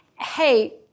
hey